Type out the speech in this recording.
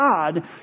God